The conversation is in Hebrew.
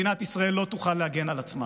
מדינת ישראל לא תוכל להגן על עצמה.